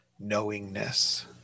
knowingness